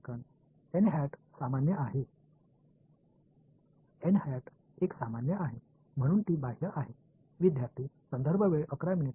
ஒரு இயல்பானது எனவே இது ஒரு வெளிப்புறம்